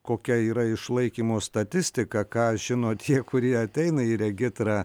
kokia yra išlaikymo statistika ką žino tie kurie ateina į regitrą